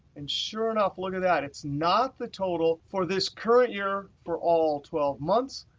and sure enough, look at that. it's not the total for this current year for all twelve months.